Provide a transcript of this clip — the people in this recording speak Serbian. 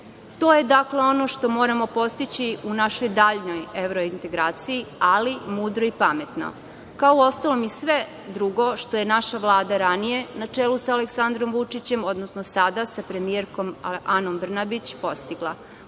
To je dakle ono što moramo postići u našoj daljnoj evrointegraciji, ali mudro i pametno, kao uostalom i sve drugo što je naša Vlada ranije na čelu sa Aleksandrom Vučićem, odnosno sada sa premijerkom Anom Brnabić postigla.